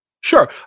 Sure